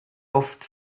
oft